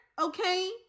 Okay